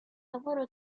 lavoro